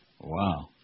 Wow